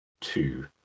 two